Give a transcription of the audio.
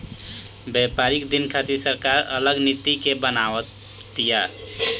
व्यापारिक दिन खातिर सरकार अलग नीति के बनाव तिया